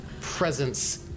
presence